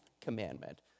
commandment